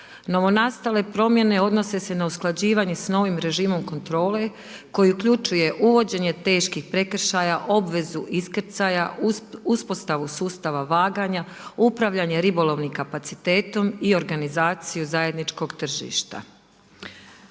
Novonastale promjene odnose se na usklađivanje s novim režimom kontrole koji uključuje uvođenje teških prekršaja, obvezu iskrcaja, uspostavu sustava vaganja, upravljanje ribolovnim kapacitetom i organizaciju zajedničkog tržišta.